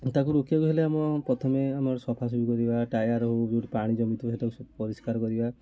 ତାକୁ ରୋକିବାକୁ ହେଲେ ଆମ ପ୍ରଥମେ ଆମର ସଫା ସଫି କରିବା ଟାୟାର୍ ହେଉ ଯେଉଁଠି ପାଣି ଜମି ଥିବ ସେଇଠି ପରିଷ୍କାର କରିବା